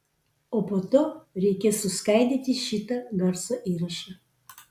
o po to reikės suskaidyti šitą garso įrašą